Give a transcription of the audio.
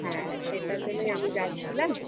হ্যাঁ সেটার জন্যই আমি যাচ্ছিলাম